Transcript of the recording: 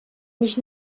mich